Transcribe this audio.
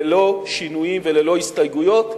ללא שינויים וללא הסתייגויות,